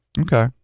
Okay